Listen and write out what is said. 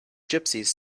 gypsies